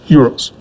euros